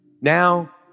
now